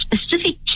specific